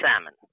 salmon